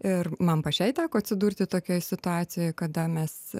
ir man pačiai teko atsidurti tokioje situacijoje kada mes